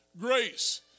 grace